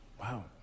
Wow